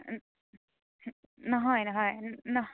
নহয় নহয় নহয়